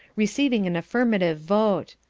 receiving an affirmative vote.